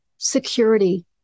Security